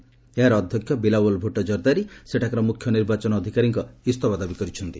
PPP ର ଅଧ୍ୟକ୍ଷ ବିଲାୱଲ୍ ଭୁଟ୍ଟୋ କର୍ଦାରୀ ସେଠାକାର ମୁଖ୍ୟ ନିର୍ବାଚନ ଅଧିକାରୀଙ୍କ ଇସ୍ତଫା ଦାବି କରିଚ୍ଛନ୍ତି